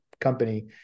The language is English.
company